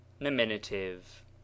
Nominative